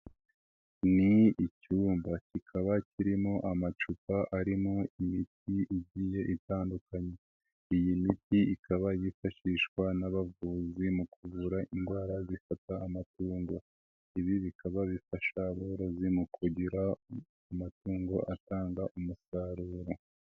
Ni icyumba kikaba kirimo amacupa arimo imiti igiye itandukanye, iyi miti ikaba yifashishwa n'abavuzi mu kuvura indwara zifata amatungo, ibi bikaba bifasha aborozi mu kugira amatungo atanga umusaruro.